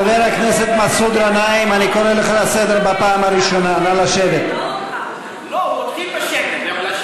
לא מוכנים לשבת, אמרת את זה לפני ארבע קדנציות.